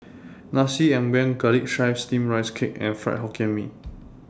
Nasi Ambeng Garlic Chives Steamed Rice Cake and Fried Hokkien Mee